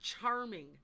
charming